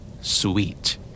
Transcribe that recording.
Sweet